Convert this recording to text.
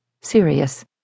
serious